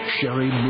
Sherry